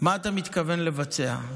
מה אתה מתכוון לבצע?